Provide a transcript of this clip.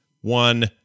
one